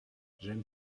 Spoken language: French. j’aime